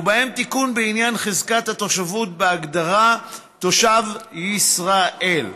ובהם תיקון בעניין חזקת התושבות בהגדרה "תושב ישראל",